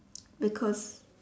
because